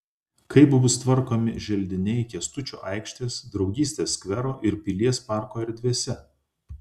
kaip bus tvarkomi želdiniai kęstučio aikštės draugystės skvero ir pilies parko erdvėse